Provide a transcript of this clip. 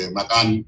Makan